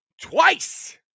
Twice